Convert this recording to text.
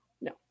No